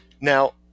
Now